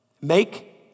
Make